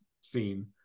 scene